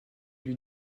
lui